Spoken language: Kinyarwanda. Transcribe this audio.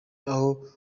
aho